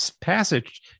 passage